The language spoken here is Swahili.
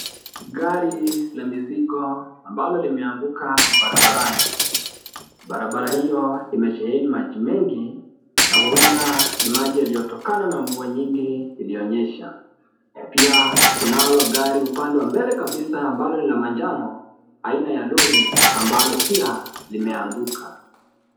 Gari la mizigo ambalo limeanguka barabarani. Barabara hiyo imesheheni maji mengi na huenda ni maji yaliyotokana na mvua nyingi iliyonyesha. Pia kunalo gari upande wa mbele kabisa ambalo ni la manjano aina ya lori ambalo pia limeanguka.